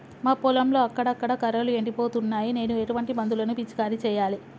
మా పొలంలో అక్కడక్కడ కర్రలు ఎండిపోతున్నాయి నేను ఎటువంటి మందులను పిచికారీ చెయ్యాలే?